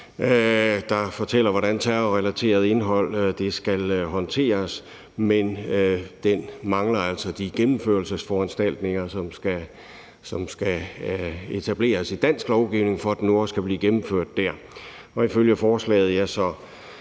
der fortæller, hvordan terrorrelateret indhold skal håndteres, men den mangler altså de gennemførelsesforanstaltninger, som skal etableres i dansk lovgivning, for at den nu også kan blive gennemført der. Ifølge forslaget